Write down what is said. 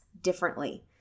differently